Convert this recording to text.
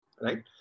right